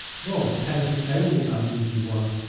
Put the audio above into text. nor was kenneth the only uneasy one.